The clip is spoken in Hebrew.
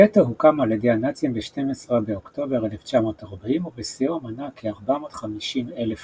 הגטו הוקם על ידי הנאצים ב-12 באוקטובר 1940 ובשיאו מנה כ-450,000 נפש.